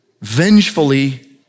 vengefully